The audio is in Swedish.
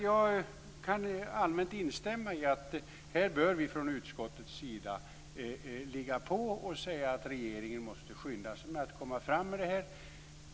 Jag kan alltså allmänt instämma i att här bör vi från utskottets sida ligga på och säga att regeringen måste skynda sig med att komma fram med detta.